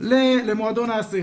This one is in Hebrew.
למועדון האסיר,